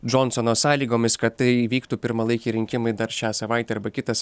džonsono sąlygomis kad tai įvyktų pirmalaikiai rinkimai dar šią savaitę arba kitas